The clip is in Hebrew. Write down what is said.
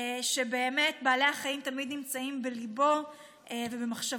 שבאמת בעלי החיים תמיד נמצאים בליבו ובמחשבותיו,